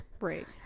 Right